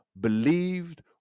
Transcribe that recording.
believed